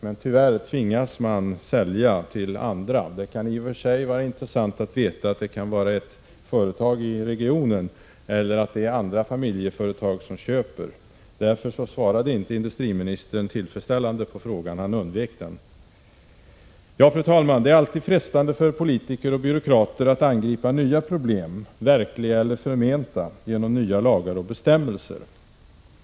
Men tyvärr tvingas företagarna sälja till andra. Det kan i och för sig vara intressant att veta att det kan vara ett företag i regionen eller ett annat familjeföretag som köper. Industriministern svarade därför inte tillfredsställande på frågan utan undvek den. Fru talman! Det är alltid frestande för politiker och byråkrater att angripa nya problem — verkliga eller förmenta — genom nya lagar och bestämmelser.